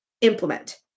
implement